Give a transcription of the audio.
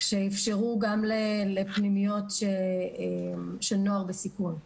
כשאפשרו גם לפנימיות של נוער בסיכון לפעול.